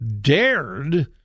dared